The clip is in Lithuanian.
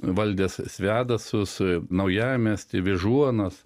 valdęs svedasus naujamiestį vyžuonas